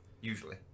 Usually